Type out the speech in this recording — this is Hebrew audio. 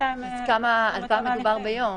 אז על כמה מדובר ביום?